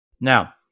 Now